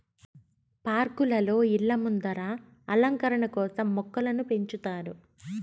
పార్కులలో, ఇళ్ళ ముందర అలంకరణ కోసం మొక్కలను పెంచుతారు